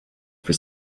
for